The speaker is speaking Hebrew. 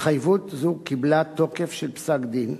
התחייבות זו קיבלה תוקף של פסק-דין,